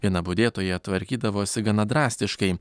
viena budėtoja tvarkydavosi gana drastiškai